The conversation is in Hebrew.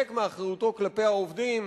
ולהתחמק מאחריותו כלפי העובדים